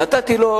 נתתי לו,